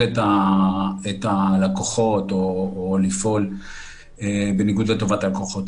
את הלקוחות או לפעול בניגוד לטובת הלקוחות.